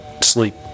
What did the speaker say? sleep